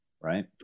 right